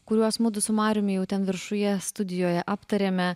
kuriuos mudu su mariumi jau ten viršuje studijoje aptarėme